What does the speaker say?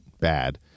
bad